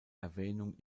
erwähnung